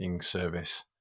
service